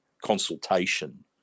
consultation